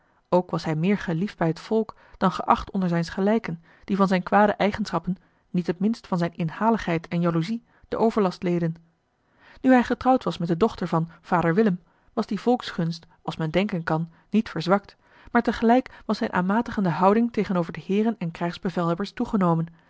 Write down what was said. ook was hij meer geliefd bij het volk dan geacht onder zijns gelijken die van zijne kwade eigenschappen niet het minst van zijne inhaligheid en jaloezie den overlast leden nu hij getrouwd was met de dochter van vader willem was die volksgunst als men denken kan niet verzwakt maar tegelijk was zijne aanmatigende houding tegenover de heeren en krijgsbevelhebbers toegenomen